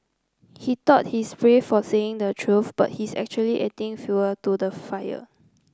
he thought he's brave for saying the truth but he's actually adding fuel to the fire